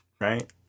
right